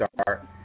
start